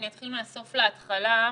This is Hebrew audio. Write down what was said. אני אתחיל מהסוף להתחלה.